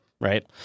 right